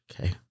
Okay